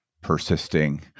persisting